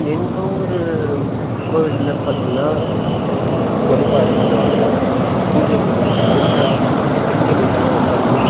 எங்கள் ஊர் கோவிலில் பார்த்தீங்கன்னா வழிபாடு பண்ணுவாங்க பூஜை பண்ணுவாங்க உட்காந் பெண்கள் எல்லோரும் உட்காந்து